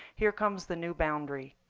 here comes the new boundary.